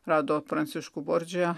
rado pranciškų bordžiją